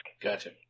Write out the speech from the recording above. Gotcha